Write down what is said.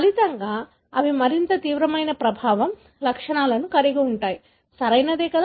ఫలితంగా అవి మరింత తీవ్రమైన ప్రభావం లక్షణాలను కలిగి ఉంటాయి సరియైనదే కదా